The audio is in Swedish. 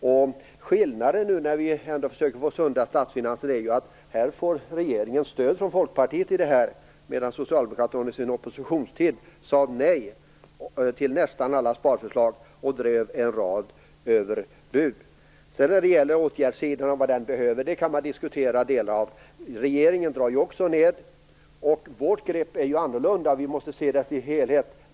Skillnaden mellan oss och er är att när vi nu försöker få sunda statsfinanser får regeringen stöd från Folkpartiet, medan Socialdemokraterna under sin oppositionstid sade nej till nästan alla sparförslag och kom med en rad överbud. Sedan kan man diskutera vad som behövs på åtgärdssidan - regeringen drar ju också ned. Vårt grepp är ett annat - vi måste se det i dess helhet.